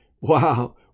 Wow